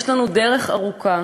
יש לנו דרך ארוכה,